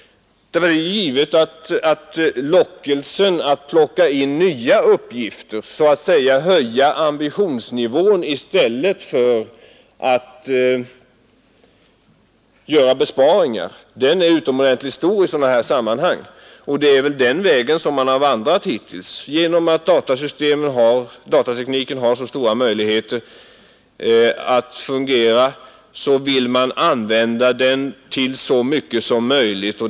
Givet är att lockelsen att plocka in nya uppgifter och att höja ambitionsnivån i stället för att göra besparingar är utomordentligt stor i sådana här sammanhang, och det är väl den vägen man hittills har vandrat. Genom att datatekniken har så stora användningsmöjligheter vill man använda den till så mycket som möjligt.